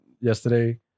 yesterday